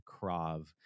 Krav